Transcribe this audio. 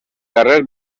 carrer